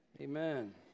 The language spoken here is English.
amen